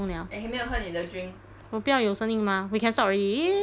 我不要有声音吗 we can stop already !yay! ya